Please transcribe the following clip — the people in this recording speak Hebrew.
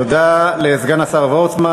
תודה לסגן השר וורצמן.